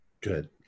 Good